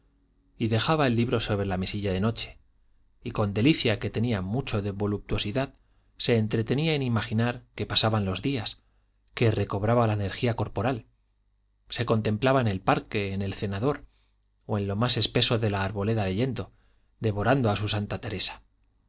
y dejaba el libro sobre la mesilla de noche y con delicia que tenía mucho de voluptuosidad se entretenía en imaginar que pasaban los días que recobraba la energía corporal se contemplaba en el parque en el cenador o en lo más espeso de la arboleda leyendo devorando a su santa teresa